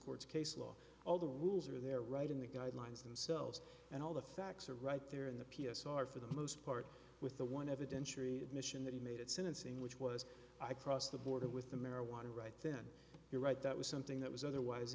court case law all the rules are there right in the guidelines themselves and all the facts are right there in the p s r for the most part with the one evidentiary admission that he made at sentencing which was i crossed the border with the marijuana right then you're right that was something that was otherwise